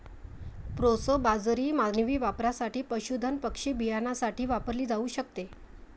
proso बाजरी मानवी वापरासाठी, पशुधन पक्षी बियाण्यासाठी वापरली जाऊ शकते